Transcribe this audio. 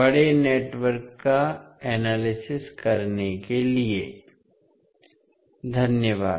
बड़े नेटवर्क का एनालिसिस करने के लिए धन्यवाद